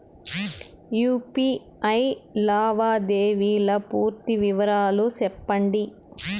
UPI లావాదేవీల పూర్తి వివరాలు సెప్పండి?